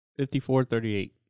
5438